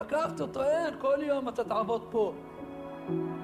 ... טוען, כל יום אתה תעבוד פה.